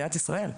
ובמדינת ישראל.